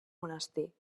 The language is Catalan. monestir